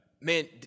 man